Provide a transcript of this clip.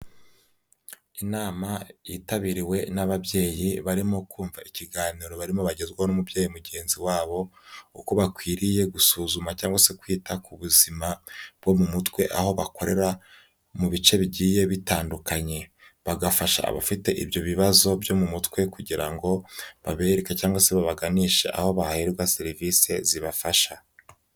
Inama yitabiriwe n'ababyeyi, barimo kumva ikiganiro barimo bagezwaho n'umubyeyi mugenzi wabo, uko bakwiriye gusuzuma cyangwa se kwita ku buzima bwo mu mutwe, aho bakorera mu bice bigiye bitandukanye. Bagafasha abafite ibyo bibazo byo mu mutwe, kugira ngo babereke cyangwa se babaganishe, aho baherebwa serivise zibafasha.